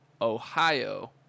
Ohio